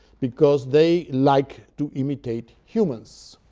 because they like to imitate humans.